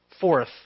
Fourth